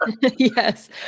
Yes